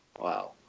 Wow